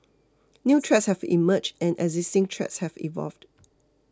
new threats have emerged and existing threats have evolved